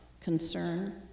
concern